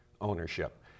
ownership